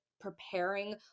preparing